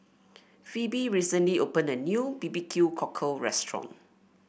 Phebe recently opened a new B B Q Cockle restaurant